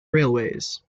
railways